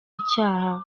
icyaha